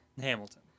Hamilton